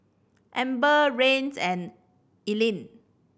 Amber Rance and Ethelene